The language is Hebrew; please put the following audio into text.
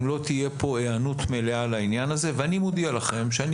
לא תהיה כאן היענות מלאה לעניין הזה ואני מודיע לכם שאני